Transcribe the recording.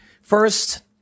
First